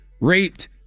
raped